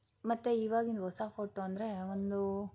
ಮತ್ತು ಇವಾಗಿನ ಹೊಸ ಫೋಟೋ ಅಂದರೆ ಒಂದು